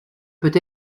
peut